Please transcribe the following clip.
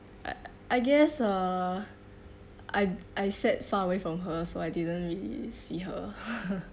I I guess uh I I sat far away from her so I didn't really see her